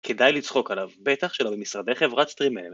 כדאי לצחוק עליו, בטח שלא במשרדי חברת סטרימן.